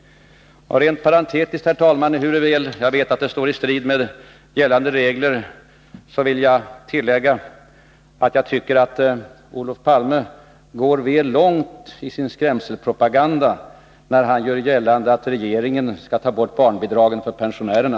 Rent parentetiskt, herr talman, vill jag säga: Ehuru jag vet att det står i strid med reglerna, vill jag tillägga att jag tycker att Olof Palme går väl långt i sin skrämselpropaganda, när han gör gällande att regeringen skall ta bort barnbidragen för pensionärerna.